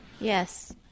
Yes